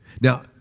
Now